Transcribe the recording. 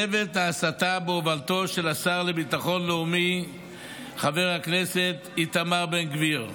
צוות ההסתה בהובלתו של השר לביטחון לאומי חבר הכנסת איתמר בן גביר,